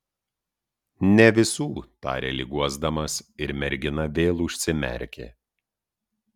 ne visų tarė lyg guosdamas ir mergina vėl užsimerkė